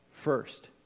first